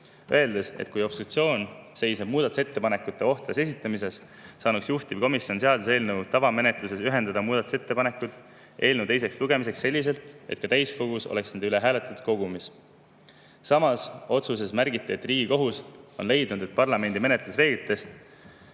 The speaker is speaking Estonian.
öeldes, et kui obstruktsioon seisneb muudatusettepanekute ohtras esitamises, saab juhtivkomisjon seaduseelnõu tavamenetluses ühendada muudatusettepanekud eelnõu teiseks lugemiseks selliselt, et ka täiskogus hääletatakse nende üle kogumis. Samas otsuses märgitakse, et Riigikohus on leidnud, et parlamendi menetlusreeglitest